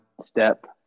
step